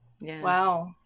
Wow